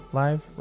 live